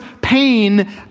pain